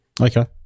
Okay